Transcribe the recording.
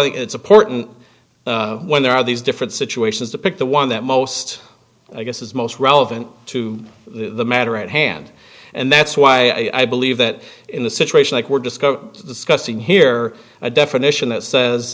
so it's important when there are these different situations to pick the one that most i guess is most relevant to the matter at hand and that's why i believe that in the situation like we're discovered discussing here a definition that says